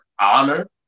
honor